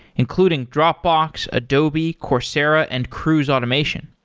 including dropbox, adobe, coursera and cruise automation.